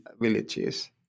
villages